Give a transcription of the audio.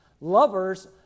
Lovers